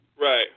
Right